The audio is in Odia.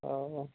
ହଉ